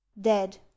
dead